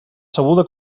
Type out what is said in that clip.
sabuda